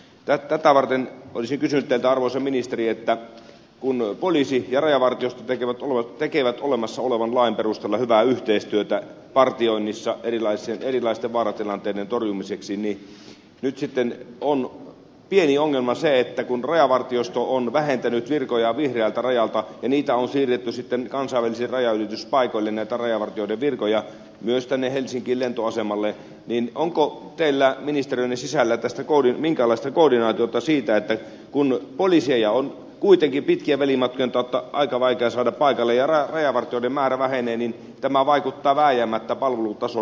tätä varten olisin kysynyt teiltä arvoisa ministeri että kun poliisi ja rajavartiosto tekevät olemassa olevan lain perusteella hyvää yhteistyötä partioinnissa erilaisten vaaratilanteiden torjumiseksi ja nyt sitten on pieni ongelma se että rajavartiosto on vähentänyt virkoja vihreältä rajalta ja rajavartijoiden virkoja on siirretty kansainvälisille rajanylityspaikoille myös tänne helsinkiin lentoasemalle niin onko teillä ministeriönne sisällä minkäänlaista koordinaatiota siitä että kun poliiseja on kuitenkin pitkien välimatkojen takia aika vaikea saada paikalle ja rajavartijoiden määrä vähenee niin tämä vaikuttaa vääjäämättä palvelutasoon